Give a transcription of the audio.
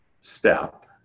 step